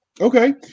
Okay